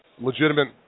legitimate